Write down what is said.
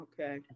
Okay